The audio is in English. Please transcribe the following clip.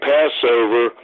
Passover